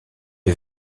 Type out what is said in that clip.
est